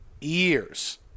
years